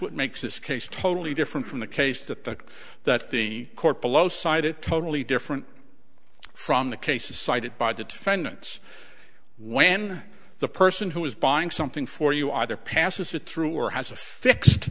what makes this case totally different from the case to the court below cited totally different from the cases cited by the defendants when the person who is buying something for you either passes it through or has a fixed